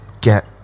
get